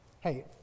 hey